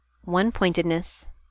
one-pointedness